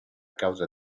causa